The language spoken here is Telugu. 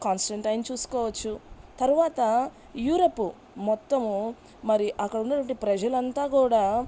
కాంస్టన్టైన్ చూసుకోవచ్చు తరువాత యూరప్ మొత్తము మరి అక్కడ ఉన్నటువంటి ప్రజలంతా గూడా